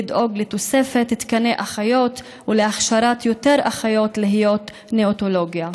לדאוג לתוספת תקני אחיות ולהכשרת יותר אחיות להיות בנאונטולוגיה.